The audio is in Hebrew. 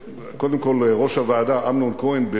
ראש הוועדה אמנון כהן,